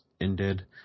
ended